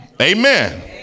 Amen